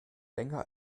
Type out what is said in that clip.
länger